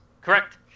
Correct